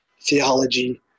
theology